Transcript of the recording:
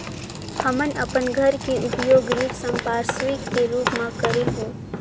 हमन अपन घर के उपयोग ऋण संपार्श्विक के रूप म करे हों